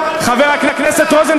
ואתה יודע מה אמר יגאל אלון על בקעת-הירדן,